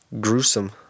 gruesome